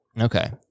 Okay